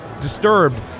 disturbed